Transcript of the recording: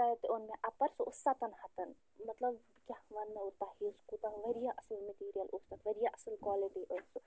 تَتہِ اوٚن مےٚ اَپَر سُہ اوس سَتَن ہَتَن مَطلب بہٕ کیٛاہ وَنو تۄہہِ سُہ کوٗتاہ واریاہ اَصٕل مِٹیٖریَل اوس تَتھ واریاہ اَصٕل کالٹی ٲسۍ سۅ